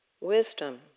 wisdom